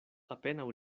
apenaŭ